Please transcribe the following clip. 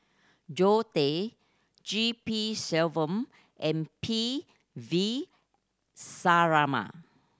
Zoe Tay G P Selvam and P V Sharma